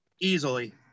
easily